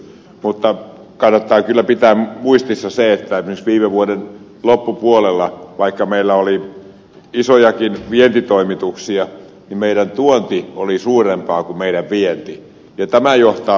mutta kannattaa kyllä pitää muistissa se että esimerkiksi viime vuoden loppupuolella vaikka meillä oli isojakin vientitoimituksia meidän tuontimme oli suurempaa kuin meidän vientimme